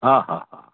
हा हा हा